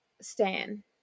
Stan